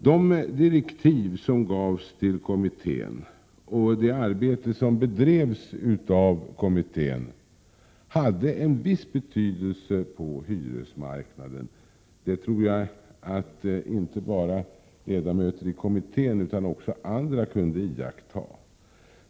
De direktiv som gavs till kommittén och det arbete som denna bedrev hade en viss betydelse på hyresmarknaden — det tror jag att inte bara ledamöter i kommittén utan också andra kunde iaktta.